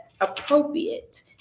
appropriate